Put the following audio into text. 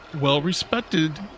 well-respected